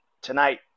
tonight